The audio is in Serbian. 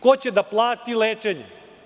Ko će da plati lečenje?